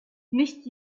nicht